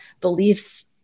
beliefs